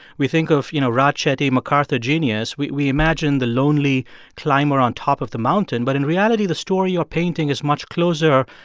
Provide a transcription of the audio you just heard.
we think of, you know, raj chetty, macarthur genius. we we imagine the lonely climber on top of the mountain. but in reality, the story you're painting is much closer,